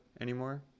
anymore